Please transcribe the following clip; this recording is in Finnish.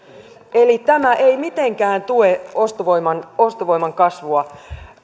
eli tämä ei mitenkään tue ostovoiman ostovoiman kasvua